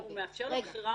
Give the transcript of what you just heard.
הוא מאפשר לו בחירה.